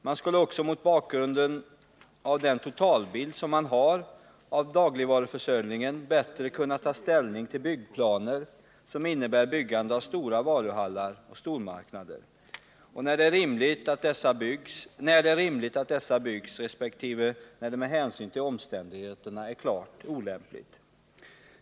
Man skulle också mot bakgrunden av den totalbild som man har av dagligvaruförsörjningen bättre kunna ta ställning till byggplaner som innebär byggande av stora varuhallar och stormarknader — när det är rimligt att dessa byggs resp. när det med hänsyn till omständigheterna är klart olämpligt.